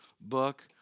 book